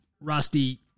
Rusty